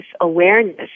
awareness